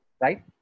right